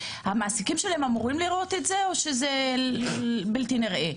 המעסיקים שלהם אמורים לראות את זה או שזה בלתי נראה?